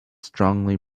strongly